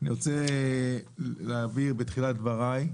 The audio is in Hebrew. בתחילת דבריי אני רוצה להבהיר שלחקלאים